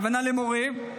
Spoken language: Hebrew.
הכוונה למורה,